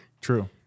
True